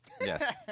Yes